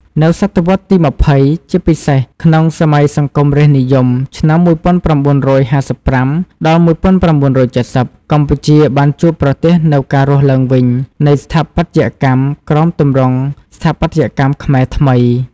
នៅសតវត្សរ៍ទី២០ ជាពិសេសក្នុងសម័យសង្គមរាស្ត្រនិយម ឆ្នាំ១៩៥៥-១៩៧០ កម្ពុជាបានជួបប្រទះនូវការរស់ឡើងវិញនៃស្ថាបត្យកម្មជាតិក្រោមទម្រង់ ស្ថាបត្យកម្មខ្មែរថ្មី។